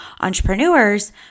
entrepreneurs